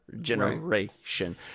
generation